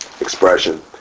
expression